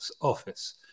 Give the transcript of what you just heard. office